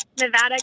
Nevada